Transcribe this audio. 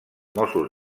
mossos